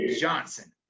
Johnson